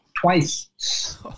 twice